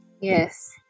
Yes